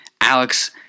Alex